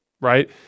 Right